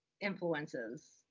influences